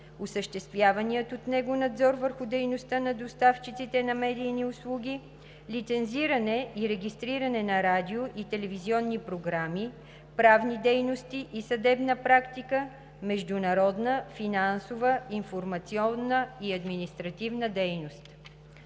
осъществявания от него надзор върху дейността на доставчиците на медийни услуги; лицензиране и регистриране на радио- и телевизионни програми; правни дейности и съдебна практика; международна, финансова, информационна и административна дейност.